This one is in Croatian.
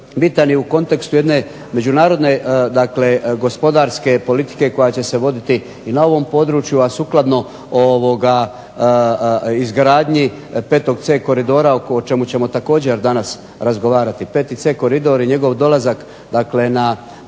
bitan i u kontekstu jedne međunarodne gospodarske politike koja će se voditi na ovom području, a sukladno izgradnji 5C koridora o kojem ćemo također danas razgovarati. 5C koridor i njegov dolazak na